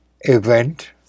event